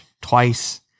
twice